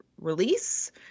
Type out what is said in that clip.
release